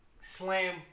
slam